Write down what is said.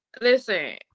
Listen